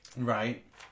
Right